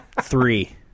Three